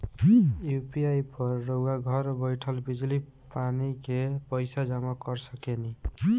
UPI पर रउआ घर बईठल बिजली, पानी के पइसा जामा कर सकेनी